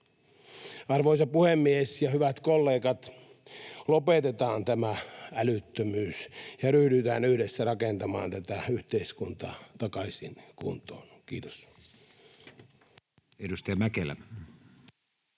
Arvoisa puhemies ja hyvät kollegat! Lopetetaan tämä älyttömyys ja ryhdytään yhdessä rakentamaan tätä yhteiskuntaa takaisin kuntoon. — Kiitos.